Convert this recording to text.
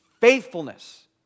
faithfulness